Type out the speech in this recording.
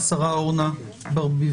השרה אורנה ברביאי,